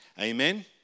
Amen